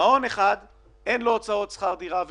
אחד היו הוצאות שכר דירה ומבנה,